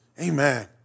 amen